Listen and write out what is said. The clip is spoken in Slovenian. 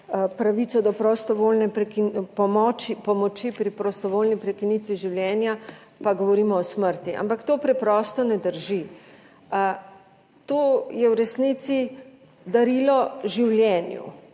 pravico do pomoči pri prostovoljni prekinitvi življenja, pa govorimo o smrti, ampak to preprosto ne drži. To je v resnici darilo življenju,